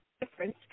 difference